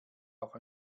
auch